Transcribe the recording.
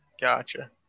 Gotcha